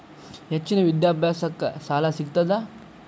ಹೆಚ್ಚಿನ ವಿದ್ಯಾಭ್ಯಾಸಕ್ಕ ಸಾಲಾ ಸಿಗ್ತದಾ?